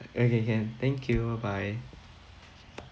okay can thank you bye